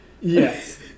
Yes